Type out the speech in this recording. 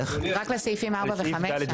סעיפים 4 ו-5.